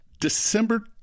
December